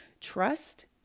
trust